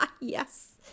yes